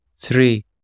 three